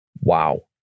Wow